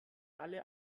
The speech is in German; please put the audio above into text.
alle